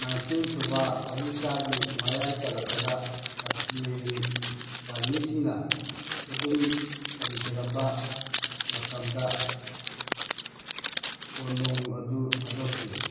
nineteen ꯁꯨꯕ ꯆꯍꯤ ꯆꯥꯒꯤ ꯃꯌꯥꯏ ꯆꯜꯂꯛꯄꯗ ꯀꯥꯁꯃꯤꯔꯤ ꯂꯥꯟꯃꯤꯁꯤꯡꯅ ꯈꯨꯗꯨꯝ ꯆꯟꯈꯤꯔꯝꯕ ꯃꯇꯝꯗ ꯀꯣꯅꯨꯡ ꯑꯗꯨ ꯊꯥꯗꯣꯛꯈꯤ